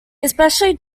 especially